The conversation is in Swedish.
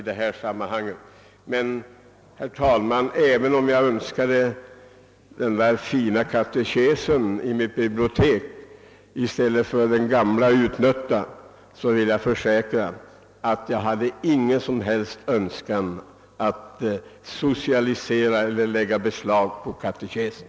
Men, herr talman, även om jag önskade att jag hade den där fina katekesen i mitt bibliotek i stället för den gamla utnötta kan jag försäkra, att jag inte hade någon som helst lust att »socialisera» eller lägga beslag på den.